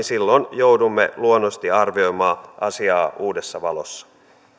silloin joudumme luonnollisesti arvioimaan asiaa uudessa valossa